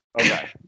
Okay